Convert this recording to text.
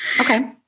Okay